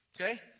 Okay